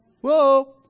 Whoa